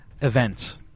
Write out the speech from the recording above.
events